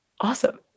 awesome